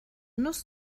nuss